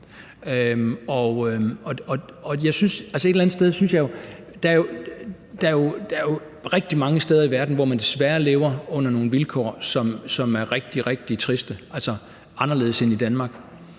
Der er jo rigtig mange steder i verden, hvor man desværre lever under nogle vilkår, som er rigtig, rigtig triste – anderledes end i Danmark.